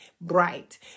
bright